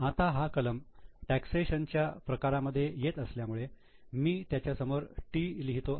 आता हा कलम टॅक्सेशन च्या प्रकारामध्ये येत असल्यामुळे मी त्याच्यासमोर 'T' लिहितो आहे